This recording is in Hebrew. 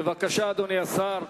בבקשה, אדוני השר.